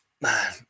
man